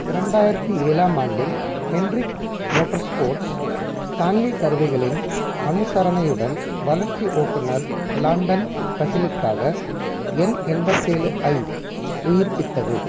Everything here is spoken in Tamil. இரண்டாயிரத்தி ஏழாம் ஆண்டில் ஹெண்ட்ரிக் மோட்டார் ஸ்போர்ட்ஸ் ஸ்டான்லி கருவிகளின் அனுசரணையுடன் வளர்ச்சி ஓட்டுநர் லாண்டன் கசிலுக்காக எண் எண்பத்தேழு ஐ உயிர்ப்பித்தது